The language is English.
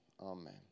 Amen